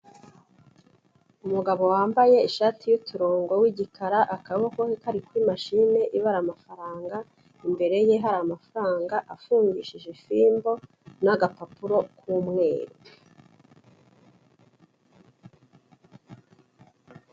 Umugabo wambaye ishati y'uturongo, w'igikara, akaboko ke kari kuri mashine, ibara amafaranga, imbere ye, hari amafaranga afungishije ifimbo, n'agapapuro k'umweru.